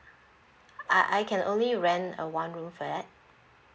uh I can only rent a one room flat